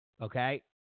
okay